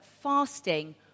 fasting